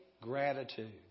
gratitude